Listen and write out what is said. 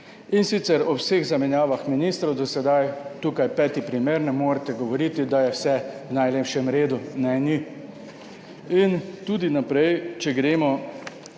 In sicer, ob vseh zamenjavah ministrov do sedaj, tukaj peti primer, ne morete govoriti, da je vse v najlepšem redu. Ne, ni. In tudi naprej, če gremo